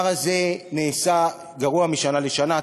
הדבר הזה נעשה גרוע משנה לשנה.